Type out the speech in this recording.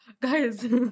guys